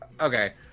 Okay